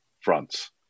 fronts